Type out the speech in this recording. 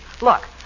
Look